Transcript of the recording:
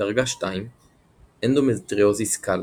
דרגה 2 - אנדומטריוזיס קל